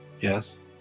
Yes